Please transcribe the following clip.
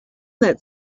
that